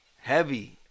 Heavy